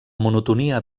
monotonia